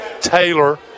Taylor